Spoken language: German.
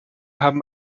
haben